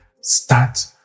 Start